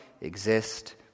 exist